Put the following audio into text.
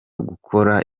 gukora